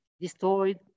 destroyed